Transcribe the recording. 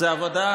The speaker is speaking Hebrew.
אלקין,